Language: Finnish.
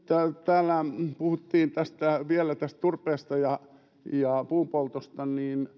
täällä puhuttiin vielä turpeesta ja ja puun poltosta